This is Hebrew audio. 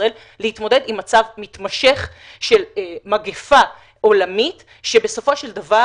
ישראל להתמודד עם מצב מתמשך של מגפה עולמית שבסופו של דבר